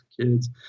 kids